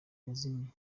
yazimye